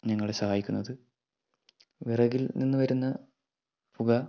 ഞങ്ങളെ സഹായിക്കുന്നത് വിറകിൽനിന്ന് വരുന്ന പുക